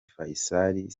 faisal